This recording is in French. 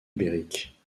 ibérique